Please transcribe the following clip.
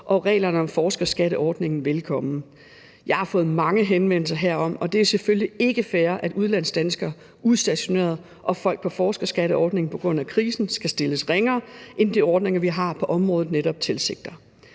og reglerne om forskerskatteordningen velkommen. Jeg har fået mange henvendelser herom, og det er selvfølgelig ikke fair, at udlandsdanskere, udstationerede og folk på forskerskatteordningen på grund af krisen skal stilles ringere end de ordninger, vi har på området, netop tilsigter.